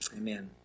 Amen